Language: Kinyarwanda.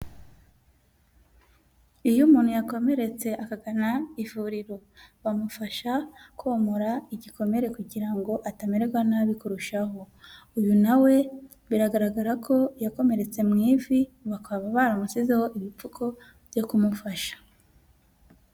Iyo umuntu yakomeretse akagana ivuriro bamufasha komora igikomere kugira ngo atamererwa nabi kurushaho, uyu nawe biragaragara ko yakomeretse mu ivi bakaba barashyizeho ibipfuko byo kumufasha.